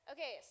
Okay